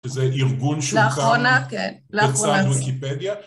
זה ארגון שהוקם בצד ויקיפדיה.